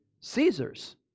Caesar's